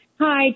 Hi